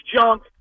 junk